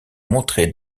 montrer